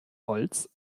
holz